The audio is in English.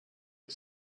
the